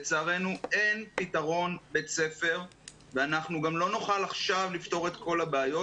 לצערנו אין פתרון בית ספר ואנחנו גם לא נוכל עכשיו לפתור את כל הבעיות.